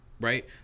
right